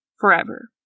forever